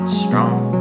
strong